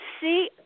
see